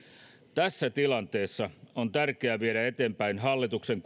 tässä tilanteessa on tärkeää viedä eteenpäin hallituksen